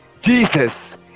Jesus